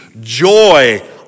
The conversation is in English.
joy